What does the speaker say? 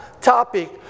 topic